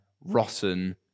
rotten